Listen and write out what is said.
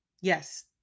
Yes